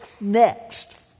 next